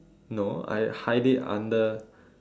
no I hide it under